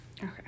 Okay